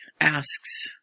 asks